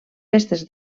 festes